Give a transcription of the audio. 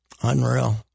Unreal